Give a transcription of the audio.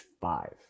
five